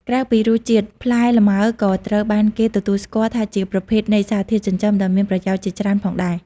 ក្រៅពីរសជាតិ ផ្លែលម៉ើក៏ត្រូវបានគេទទួលស្គាល់ថាជាប្រភពនៃសារធាតុចិញ្ចឹមដ៏មានប្រយោជន៍ជាច្រើនផងដែរ។